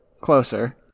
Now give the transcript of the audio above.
closer